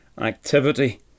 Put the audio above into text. activity